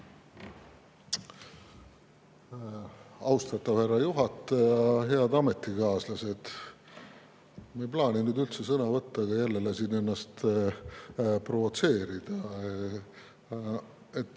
Austatav härra juhataja! Head ametikaaslased! Ma ei plaaninud üldse sõna võtta, aga jälle lasin ennast provotseerida.